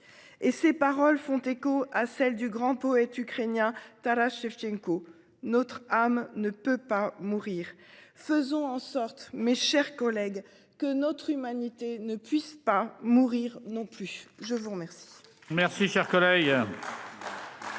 et ses paroles font écho à celles du grand poète ukrainien Taras Chevtchenko notre âme ne peut pas mourir. Faisons en sorte, mes chers collègues, que notre humanité ne puisse pas mourir non plus, je vous remercie.